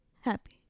happy